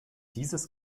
dieses